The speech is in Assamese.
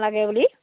লাগে বুলি